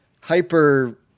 hyper